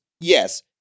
Yes